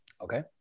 Okay